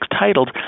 titled